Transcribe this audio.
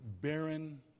barren